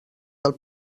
del